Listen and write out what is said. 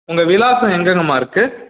உங்கள் விலாசம் எங்கெங்கம்மா இருக்குது